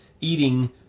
eating